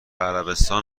عربستان